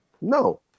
no